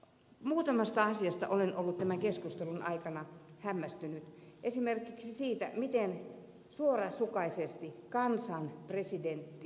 muutamasta asiasta olen ollut tämän keskustelun aikana hämmästynyt esimerkiksi siitä miten suorasukaisesti kansan presidentti tyrmäsi parlamentarismin